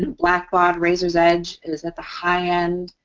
and blackbaud, ah razor's edge is at the high end.